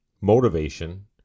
motivation